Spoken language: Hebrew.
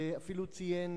ואפילו ציין